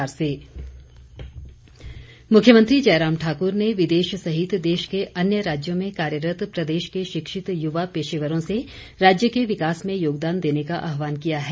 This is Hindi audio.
मुख्यमंत्री मुख्यमंत्री जयराम ठाकुर ने विदेश सहित देश के अन्य राज्यों में कार्यरत प्रदेश के शिक्षित युवा पेशेवरों से राज्य के विकास में योगदान देने का आहवान किया है